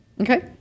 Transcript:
okay